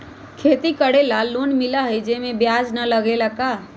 खेती करे ला लोन मिलहई जे में ब्याज न लगेला का?